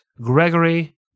Gregory